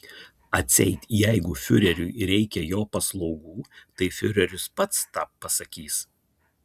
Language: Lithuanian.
atseit jeigu fiureriui reikia jo paslaugų tai fiureris pats tą pasakys